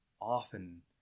Often